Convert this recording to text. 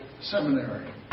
Seminary